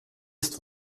ist